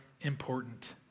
important